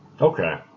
Okay